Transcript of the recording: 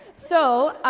so,